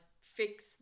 fix